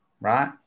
right